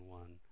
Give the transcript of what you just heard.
one